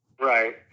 Right